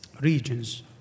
regions